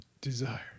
desire